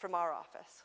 from our office